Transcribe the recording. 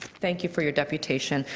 thank you for your deputation.